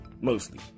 mostly